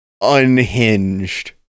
unhinged